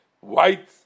white